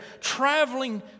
traveling